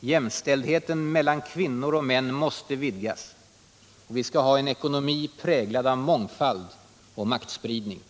Jämställdheten mellan kvinnor och män måste vidgas. Och vi skall ha en ekonomi präglad av mångfald och maktspridning.